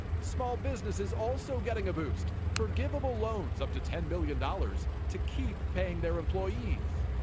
small businesses also getting a boost. forgivable loans up to ten million dollars to keep paying their employees.